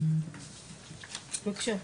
ראשית,